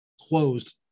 closed